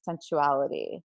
sensuality